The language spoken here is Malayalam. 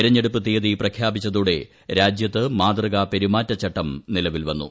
തെരഞ്ഞെടുപ്പ് തീയതി പ്രഖ്യാപിച്ചതോടെ രാജ്യത്ത് മാതൃകാ പെരുമാറ്റചട്ടം നിലവിൽ വന്നു